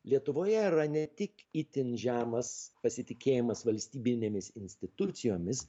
lietuvoje yra ne tik itin žemas pasitikėjimas valstybinėmis institucijomis